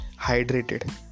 hydrated